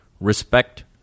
respect